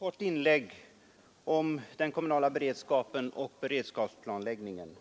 Herr talman! I tidsnödens tecken ett mycket kort inlägg om den kommunala beredskapen och beredskapsplanläggningen.